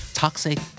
toxic